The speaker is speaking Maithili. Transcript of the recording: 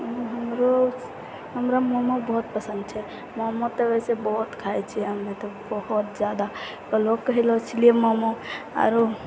हमरा मोमोज बहुत पसन्द छै मोमोज तऽ वइसे बहुत खाइ छिए हमे तऽ बहुत ज्यादा काल्हिओ खइले छलिए मोमो आओर